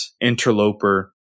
interloper